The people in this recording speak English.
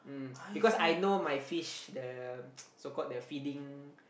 mm because I know my fish the so called the feeding